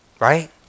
Right